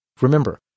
Remember